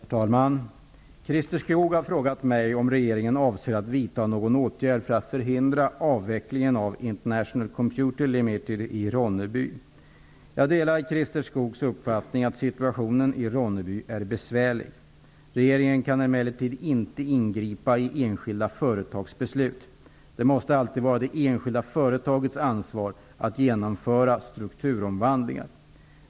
Herr talman! Christer Skoog har frågat mig om regeringen avser att vidta någon åtgärd för att förhindra avvecklingen av International Computer Jag delar Christer Skoogs uppfattning att situationen i Ronneby är besvärlig. Regeringen kan emellertid inte ingripa i enskilda företags beslut. Det måste alltid vara det enskilda företagets ansvar att genomföra strukturomvandlingar.